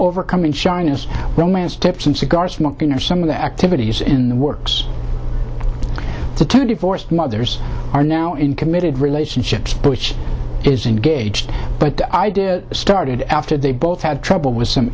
overcoming shyness romance tips and cigar smoking are some of the activities in the works the two divorced mothers are now in committed relationships which is engaged but the idea started after they both have trouble with some